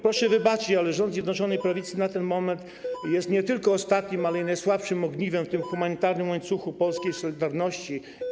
Proszę wybaczyć, ale rząd Zjednoczonej Prawicy na ten moment jest nie tylko ostatnim, ale i najsłabszym ogniwem w tym humanitarnym łańcuchu polskiej solidarności.